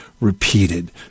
repeated